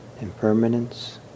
impermanence